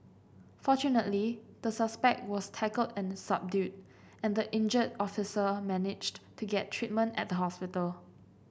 fortunately the suspect was tackled and subdued and the injured officer managed to get treatment at the hospital